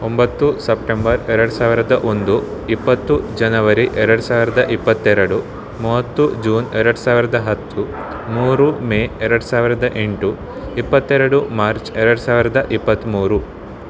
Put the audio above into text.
ಒಂಬತ್ತು ಸೆಪ್ಟೆಂಬರ್ ಎರಡು ಸಾವಿರದ ಒಂದು ಇಪ್ಪತ್ತು ಜನವರಿ ಎರಡು ಸಾವಿರದ ಇಪ್ಪತ್ತೆರಡು ಮೂವತ್ತು ಜೂನ್ ಎರಡು ಸಾವಿರದ ಹತ್ತು ಮೂರು ಮೇ ಎರಡು ಸಾವಿರದ ಎಂಟು ಇಪ್ಪತ್ತೆರಡು ಮಾರ್ಚ್ ಎರಡು ಸಾವಿರದ ಇಪ್ಪತ್ತ್ಮೂರು